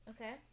Okay